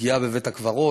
פגיעה בבית-קברות,